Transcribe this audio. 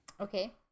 Okay